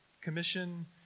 Commission